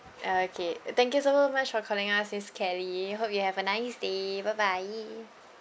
okay thank you so much for calling us miss kelly hope you have a nice day bye bye